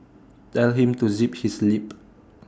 tell him to zip his lip